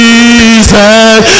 Jesus